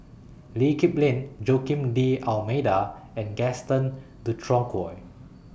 Lee Kip Lin Joaquim D'almeida and Gaston Dutronquoy